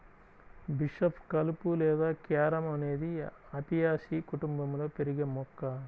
bishop కలుపు లేదా carom అనేది అపియాసి కుటుంబంలో పెరిగే మొక్క